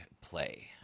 play